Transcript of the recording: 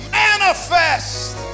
manifest